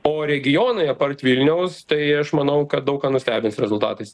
o regionai apart vilniaus tai aš manau kad daug ką nustebins rezultatais